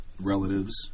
relatives